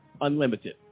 unlimited